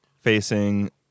facing